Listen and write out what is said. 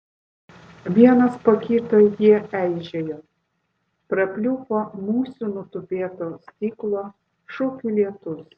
vienas po kito jie eižėjo prapliupo musių nutupėto stiklo šukių lietus